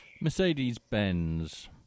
mercedes-benz